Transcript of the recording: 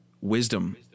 wisdom